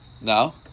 No